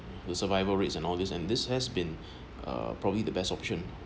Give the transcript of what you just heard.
the survival rates and all this and this has been uh probably the best option